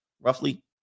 roughly